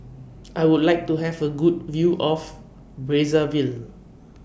I Would like to Have A Good View of Brazzaville